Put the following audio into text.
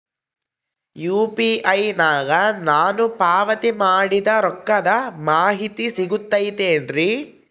UPI ನಾಗ ನಾನು ಪಾವತಿ ಮಾಡಿದ ರೊಕ್ಕದ ಮಾಹಿತಿ ಸಿಗುತೈತೇನ್ರಿ?